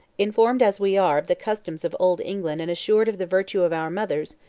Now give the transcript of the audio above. informed as we are of the customs of old england and assured of the virtue of our mothers,